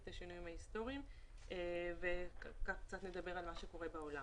את השינויים ההיסטוריים וקצת נדבר על מה שקורה בעולם.